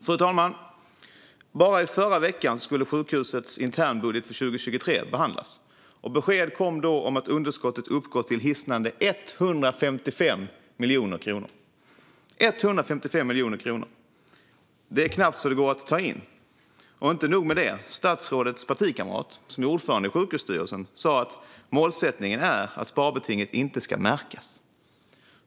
Fru talman! Så sent som i förra veckan skulle sjukhusets internbudget för 2023 behandlas. Besked kom då om att underskottet uppgår till hisnande 155 miljoner kronor. Det är knappt att det går att ta in. Det är inte nog med det. Statsrådets partikamrat, som är ordförande i sjukhusstyrelsen, sa: Målsättningen är att sparbetinget inte ska märkas.